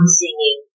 singing